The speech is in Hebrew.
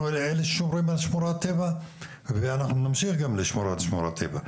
אנחנו אלה ששומרים על שמורת הטבע ואנחנו נמשיך גם לשמור על שמורת הטבע,